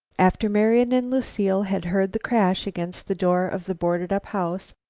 after marian and lucile had heard the crash against the door of the boarded-up house,